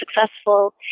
successful